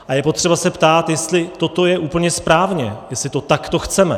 A je potřeba se ptát, jestli toto je úplně správně, jestli to takto chceme.